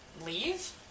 leave